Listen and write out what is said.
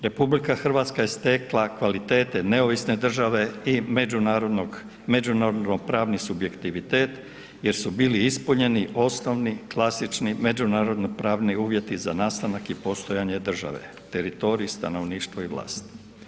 RH je stekla kvalitete neovisne države i međunarodno pravni subjektivitet jer su bili ispunjeni osnovni klasični međunarodnopravni uvjeti za nastanak i postojanje države, teritorij, stanovništvo i vlast.